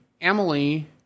Emily